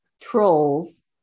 trolls